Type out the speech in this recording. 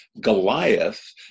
Goliath